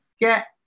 get